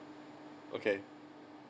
okay